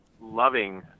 loving